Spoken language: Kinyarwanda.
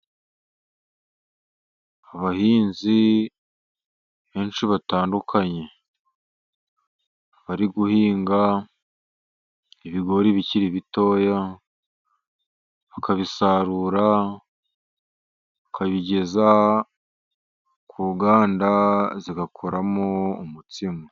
Abahinzi benshi batandukanye bari guhinga ibigori bikiri bitoya bakabisarura bakabigeza ku nganda zigakoramo umutsima.